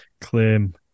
claim